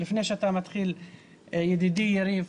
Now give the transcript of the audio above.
לפני שאתה מתחיל, ידידי, יריב,